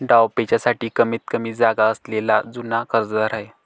डावपेचांसाठी कमीतकमी जागा असलेला जुना कर्जदार आहे